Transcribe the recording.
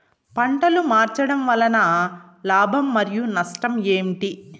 పంటలు మార్చడం వలన లాభం మరియు నష్టం ఏంటి